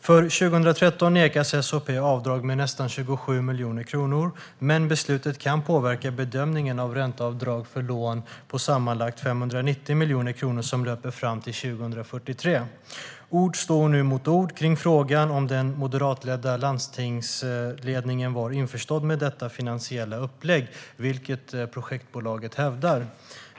För 2013 nekas SHP avdrag med nästan 27 miljoner kronor, men beslutet kan påverka bedömningen av ränteavdrag för lån på sammanlagt 590 miljoner kronor som löper fram till 2043. Ord står nu mot ord i frågan om den moderatledda landstingsledningen var införstådd med detta finansiella upplägg, vilket projektbolaget hävdar.